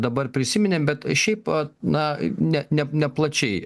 dabar prisiminėm bet šiaip vat na net ne ne plačiai